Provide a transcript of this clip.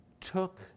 took